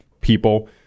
people